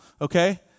okay